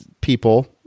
people